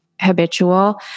habitual